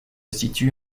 situe